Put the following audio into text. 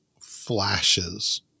flashes